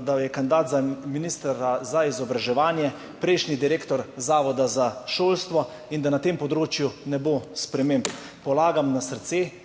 da je kandidat za ministra za izobraževanje prejšnji direktor Zavoda za šolstvo in da na tem področju ne bo sprememb. Polagam na srce,